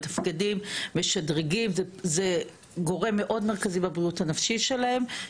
מתפקדים ומשדרגים זה גורם מאוד מרכזי בבריאות הנפשית שלהם,